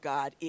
God